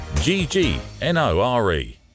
G-G-N-O-R-E